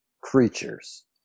creatures